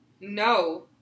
No